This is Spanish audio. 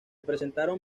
presentaron